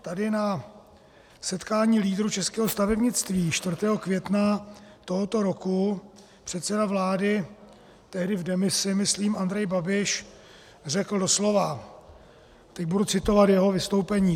Tady na setkání lídrů českého stavebnictví 4. května tohoto roku předseda vlády, tehdy v demisi myslím, Andrej Babiš řekl doslova teď budu citovat jeho vystoupení: